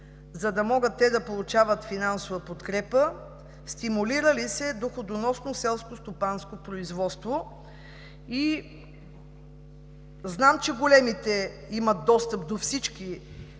за да могат те да получават финансова подкрепа? Стимулира ли се доходоносно селскостопанско производство? Знам, че големите имат достъп до всички